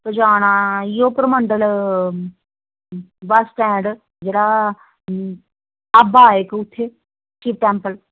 पजाना इ'यो Purmandal bus stand जेह्ड़ा ढाबा ऐ इक उत्थें शिव टैम्पल